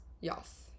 Yes